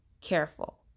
careful